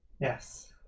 yes